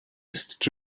ist